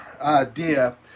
idea